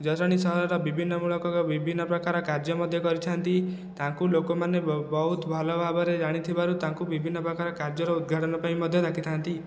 ଜଟଣୀ ସହରର ବିଭିନ୍ନ ମୂଳକ ବିଭିନ୍ନ ପ୍ରକାର କାର୍ଯ୍ୟ ମଧ୍ୟ କରିଛନ୍ତି ତାଙ୍କୁ ଲୋକମାନେ ବହୁତ ଭଲ ଭାବରେ ଜାଣିଥିବାରୁ ତାଙ୍କୁ ବିଭିନ୍ନ ପ୍ରକାର କାର୍ଯ୍ୟର ଉଦ୍ଘାଟନ ପାଇଁ ମଧ୍ୟ ଡାକିଥା'ନ୍ତି